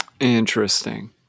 Interesting